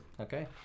Okay